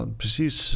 precies